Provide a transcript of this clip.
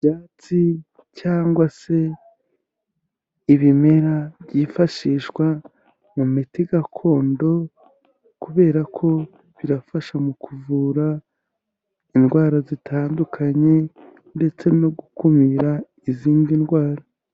Ibyatsi cyangwa se ibimera byifashishwa mu miti gakondo kubera ko birafasha mu kuvura indwara zitandukanye ndetse no gukumira izindi ndwara.